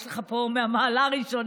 יש לך פה מהמעלה הראשונה?